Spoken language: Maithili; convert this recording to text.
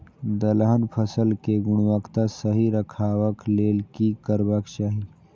दलहन फसल केय गुणवत्ता सही रखवाक लेल की करबाक चाहि?